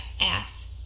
ass